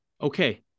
Okay